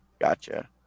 Gotcha